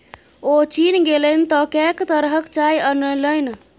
ओ चीन गेलनि तँ कैंक तरहक चाय अनलनि